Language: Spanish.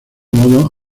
modo